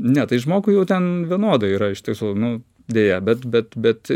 ne tai žmogui jau ten vienodai yra iš tiesų nu deja bet bet bet